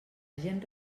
gent